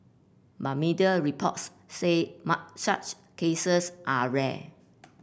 but media reports say such cases are rare